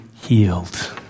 healed